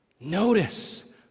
Notice